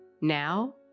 Now